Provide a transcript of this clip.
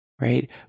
right